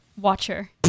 watcher